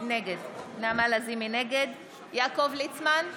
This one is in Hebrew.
נגד יעקב ליצמן,